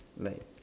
like